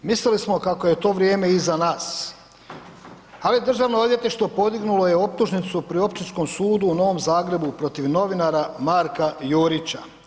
Mislili smo kako je to vrijeme iza nas ali Državno odvjetništvo podignulo je optužnicu pri Općinskom sudu u Novom Zagrebu protiv novinara Marka Jurića.